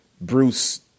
Bruce